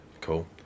Cool